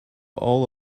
all